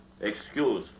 excuse